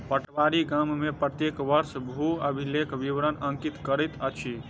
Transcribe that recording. पटवारी गाम में प्रत्येक वर्ष भू अभिलेखक विवरण अंकित करैत अछि